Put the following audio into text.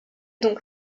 donc